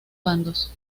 bandos